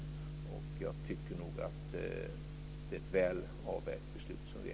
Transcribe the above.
Jag tycker nog att regeringen har fattat ett väl avvägt beslut.